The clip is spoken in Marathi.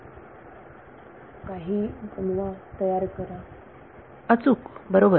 विद्यार्थी काही बनवा अचूक बरोबर